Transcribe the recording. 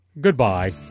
Goodbye